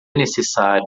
necessário